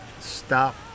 stop